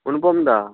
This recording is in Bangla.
অনুপমদা